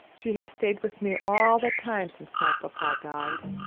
she has stayed with me all the time since my papa died.